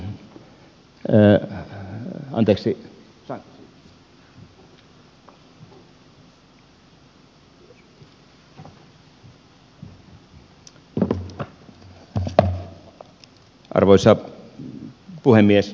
arvoisa puhemies